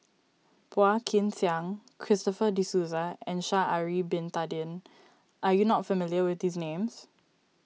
Phua Kin Siang Christopher De Souza and Sha'ari Bin Tadin are you not familiar with these names